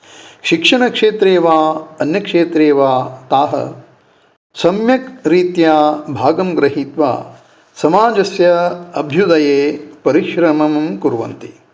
शिक्षणक्षेत्रे वा अन्यक्षेत्रे वा ताः सम्यक् रीत्या भागं गृहीत्वा समाजस्य अभ्युदये परिश्रमं कुर्वन्ति